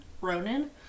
Ronan